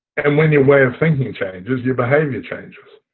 and when your way of thinking changes your behavior changes.